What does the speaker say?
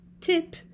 Tip